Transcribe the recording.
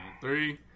Three